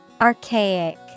Archaic